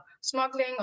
smuggling